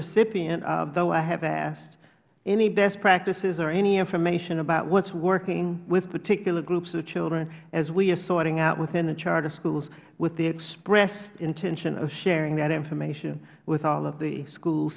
recipient of though i have asked any best practices or any information about what is working with particular groups of people as we are sorting out within the charter schools with the express intention of sharing that information with all of the school